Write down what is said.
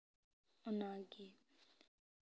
ᱚᱱᱟᱜᱮ